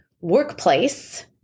workplace